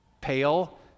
pale